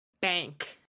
bank